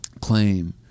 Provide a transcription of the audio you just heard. claim